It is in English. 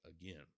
again